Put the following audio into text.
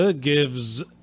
gives